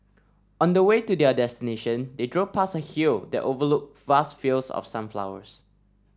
on the way to their destination they drove past a hill that overlooked vast fields of sunflowers